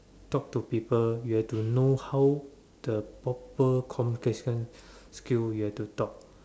talk to people you have to know how the properly communication skill you have to talk